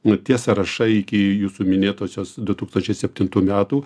nu tie sąrašai iki jūsų minėtosios du tūkstančiai septintų metų